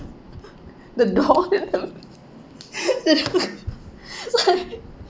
the door the lock so I